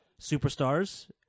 superstars